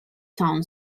town